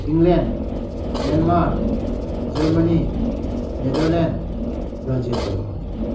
England Myanmar Germany Netherlands Brazil